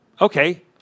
Okay